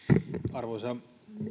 arvoisa